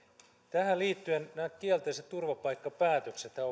tähän liittyen nämä kielteiset turvapaikkapäätöksethän